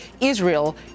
Israel